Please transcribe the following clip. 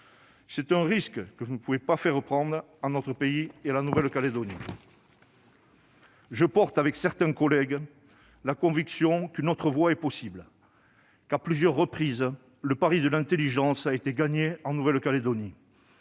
C'est un risque que vous ne pouvez pas faire prendre à notre pays et à la Nouvelle-Calédonie. Je porte, avec certains collègues, la conviction qu'une autre voie est possible. À plusieurs reprises, le pari de l'intelligence a été gagné en Nouvelle-Calédonie